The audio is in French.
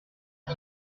cet